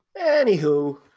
Anywho